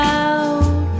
out